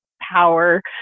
power